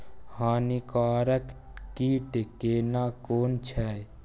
हानिकारक कीट केना कोन छै?